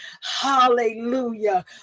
hallelujah